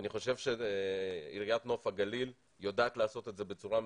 אני חושב שעיריית נוף הגליל יודעת לעשות את זה בצורה מצוינת.